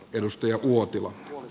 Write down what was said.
edustaja uotila